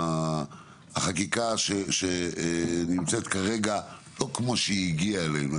החקיקה שנמצאת כרגע לא כמו שהגיעה אלינו,